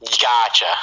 Gotcha